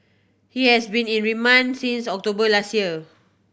he has been in remand since October last year